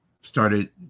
started